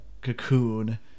Cocoon